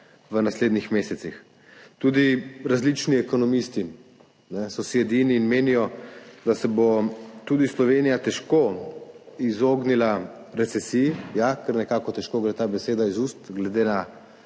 v naslednjih mesecih. Tudi različni ekonomisti so si edini in menijo, da se bo tudi Slovenija težko izognila recesiji. Ja, kar nekako težko gre ta beseda iz ust glede na